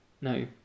No